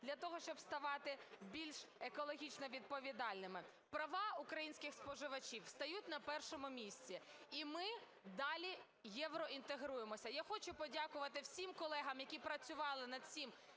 для того, щоб ставати більш екологічно відповідальними. Права українських споживачів стають на першому місці, і ми далі євроінтегруємося. Я хочу подякувати всім колегам, які працювали над цим